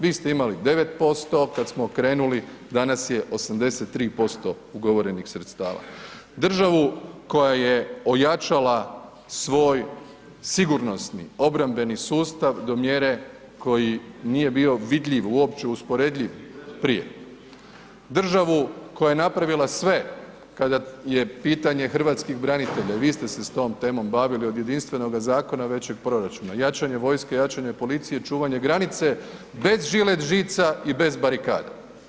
Vi ste imali 9% kad smo krenuli, danas je 83% ugovorenih sredstava, državu koja je ojačala svoj sigurnosni obrambeni sustav do mjere koji nije bio vidljiv, uopće usporediv prije, državu koja je napravila sve kada je pitanje hrvatskih branitelja, i vi ste se s tom temom bavili, od jedinstvenoga zakona i većeg proračuna, jačanje vojske, jačanje policije, čuvanje granice bez žilet žica i bez barikada.